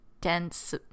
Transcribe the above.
dense